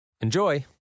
enjoy